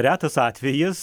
retas atvejis